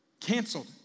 canceled